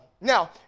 Now